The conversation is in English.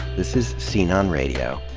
this is scene on radio.